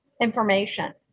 information